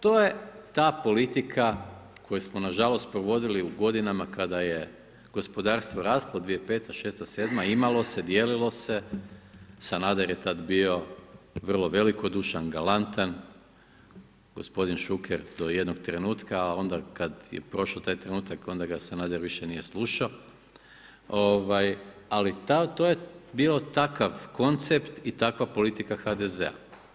To je ta politika koju smo nažalost provodili u godinama kada je gospodarstvo raslo 2005., šesta, sedma, imalo se, dijelilo se, Sanader je tad bio vrlo velikodušan, galantan, gospodin Šuker do jednog trenutka, a onda kada je prošao taj trenutak onda ga Sanader više nije slušao, ali to je bio takav koncept i takva politika HDZ-a.